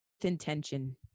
intention